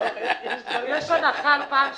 יש הנחה על פעם שלישית?